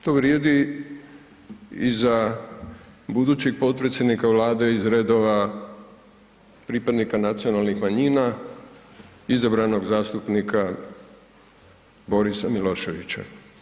To vrijedi i za budući potpredsjednika Vlade iz redova pripadnika nacionalnih manjina izabranog zastupnika Borisa Miloševića.